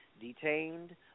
detained